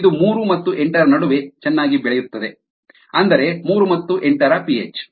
ಇದು ಮೂರು ಮತ್ತು ಎಂಟರ ನಡುವೆ ಚೆನ್ನಾಗಿ ಬೆಳೆಯುತ್ತದೆ ಅಂದರೆ ಮೂರು ಮತ್ತು ಎಂಟರ ಪಿಹೆಚ್